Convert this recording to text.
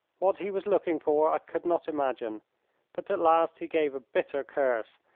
what he was looking for i could not imagine but at last he gave a bitter curse,